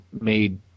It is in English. made